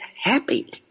happy